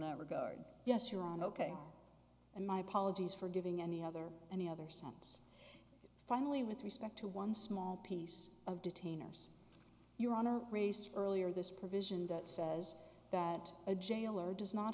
that regard yes your honor ok and my apologies for giving any other any other sense finally with respect to one small piece of detainers your honor raised earlier this provision that says that a jailer does not